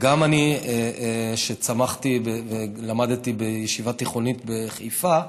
גם אני, שצמחתי ולמדתי בישיבה תיכונית בחיפה,